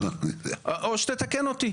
או שתתקן אותי.